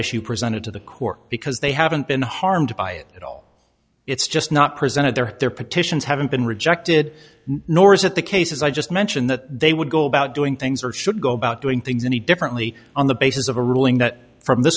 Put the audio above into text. issue presented to the court because they haven't been harmed by it at all it's just not presented their their petitions haven't been rejected nor is it the case as i just mentioned that they would go about doing things or should go about doing things any differently on the basis of a ruling that from the